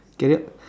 get it up